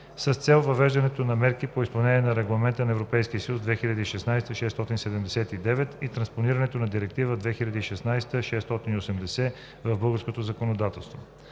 с цел въвеждане на мерки по изпълнението на Регламент (ЕС) 2016/679 и транспонирането на Директива 2016/680 в българското законодателство.